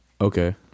okay